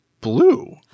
blue